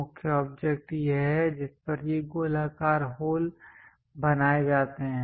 मुख्य ऑब्जेक्ट यह है जिस पर ये गोलाकार होल बनाए जाते हैं